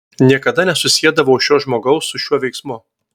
niekada nesusiedavau šio žmogaus su šiuo veiksmu